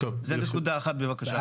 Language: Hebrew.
זה נקודה אחת בבקשה.